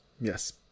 Yes